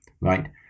right